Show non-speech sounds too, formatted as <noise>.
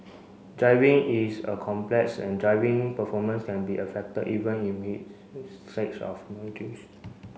driving is a complex and driving performance can be affected even in <unintelligible> of <unintelligible>